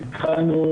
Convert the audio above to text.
התחלנו,